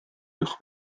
uwch